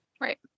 Right